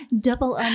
Double